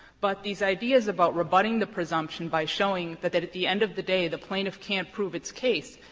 but these ideas about rebutting the presumption by showing that that at the end of the day the plaintiff can't prove its case,